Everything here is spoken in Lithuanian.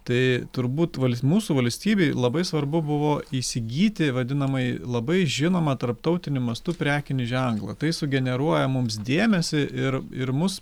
tai turbūt val mūsų valstybei labai svarbu buvo įsigyti vadinamąjį labai žinomą tarptautiniu mastu prekinį ženklą tai sugeneruoja mums dėmesį ir ir mus